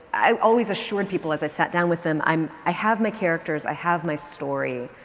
i always assured people as i sat down with them, um i have my characters, i have my story.